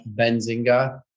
Benzinga